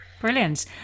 Brilliant